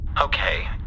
Okay